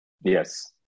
Yes